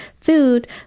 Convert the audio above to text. food